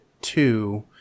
two